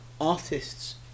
artists